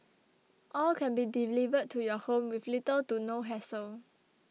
all can be delivered to your home with little to no hassle